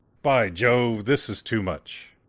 by jovc! this is too much.